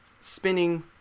spinning